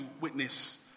witness